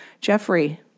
Jeffrey